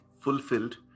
fulfilled